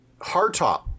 Hardtop